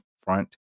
front